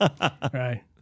Right